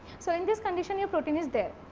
so, in this condition your protein is there.